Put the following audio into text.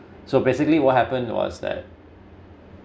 so basically what happen was that